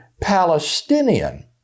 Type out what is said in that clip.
Palestinian